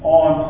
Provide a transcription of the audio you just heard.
on